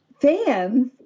fans